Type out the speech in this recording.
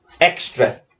extra